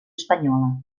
espanyola